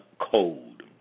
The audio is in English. code